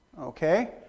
Okay